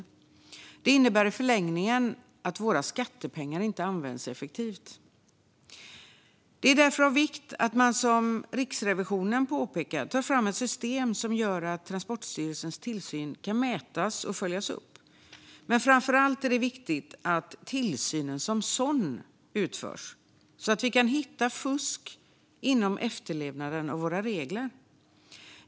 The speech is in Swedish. Detta innebär i förlängningen att våra skattepengar inte används effektivt. Det är därför av vikt att man, som Riksrevisionen påpekar, tar fram ett system som gör att Transportstyrelsens tillsyn kan mätas och följas upp. Men framför allt är det viktigt att tillsynen som sådan utförs så att vi kan hitta fusk i efterlevnaden av våra regler.